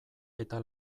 eta